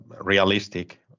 realistic